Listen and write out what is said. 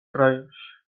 რაიონში